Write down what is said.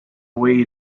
away